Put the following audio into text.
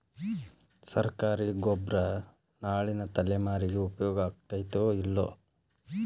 ಸರ್ಕಾರಿ ಗೊಬ್ಬರ ನಾಳಿನ ತಲೆಮಾರಿಗೆ ಉಪಯೋಗ ಆಗತೈತೋ, ಇಲ್ಲೋ?